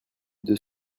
deux